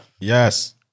Yes